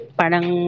parang